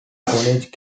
college